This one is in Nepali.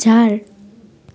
चार